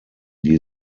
die